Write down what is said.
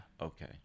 okay